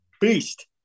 beast